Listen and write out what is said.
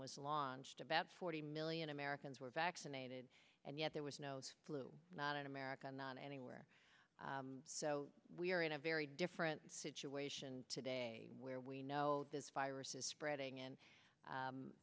was launched about forty million americans were vaccinated and yet there was no flu not in america not anywhere so we are in a very different situation today where we know this virus is spreading and